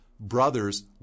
Brothers